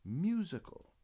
musical